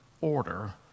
order